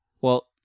well-